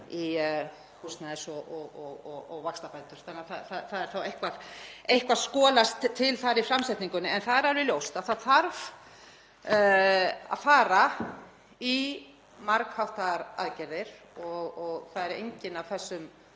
í húsnæðis- og vaxtabætur þannig að það hefur þá eitthvað skolast til þar í framsetningunni. En það er alveg ljóst að það þarf að fara í margháttaðar aðgerðir og það er enginn af þessum